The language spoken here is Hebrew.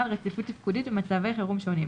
על רציפות תפקודית במצבי חירום שונים,